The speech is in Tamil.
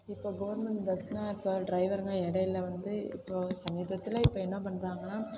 இப்போ கவர்மெண்ட் பஸ்ஸுனா இப்போ டிரைவர்னா இடையில வந்து இப்போது சமீபத்தில் இப்போ என்ன பண்ணுறாங்கன்னா